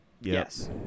Yes